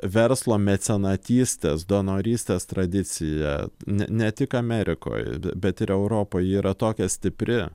verslo mecenatystės donorystės tradicija ne ne tik amerikoj bet ir europoj ji yra tokia stipri